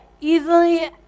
easily